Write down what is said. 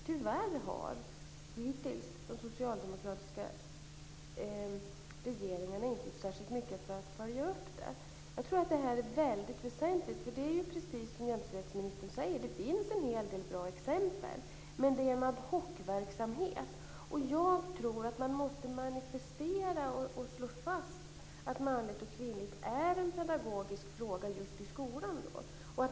Tyvärr har de socialdemokratiska regeringarna hittills inte gjort särskilt mycket för att följa upp detta. Jag tror att det är mycket väsentligt. Det är ju precis som jämställdhetsministern säger. Det finns en hel del bra exempel, men det är en ad hoc-verksamhet. Jag tror att man måste manifestera och slå fast att manligt och kvinnligt är en pedagogisk fråga just i skolan.